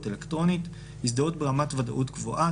אלקטרונית" הזדהות ברמת ודאות גבוהה,